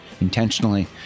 intentionally